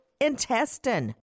intestine